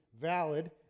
valid